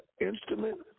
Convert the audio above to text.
instrument